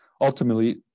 ultimately